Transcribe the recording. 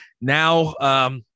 now